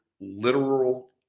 literal